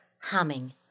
humming